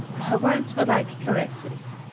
her words were like caresses.